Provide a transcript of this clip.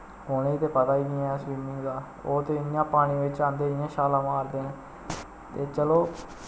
उनें ते पता गै नी ऐ स्विमिंग दा ओह् ते इ'यां पानी बिच्च आंदे इ'यां छालां मारदे ते चलो